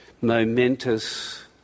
momentous